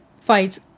fights